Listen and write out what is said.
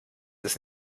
ist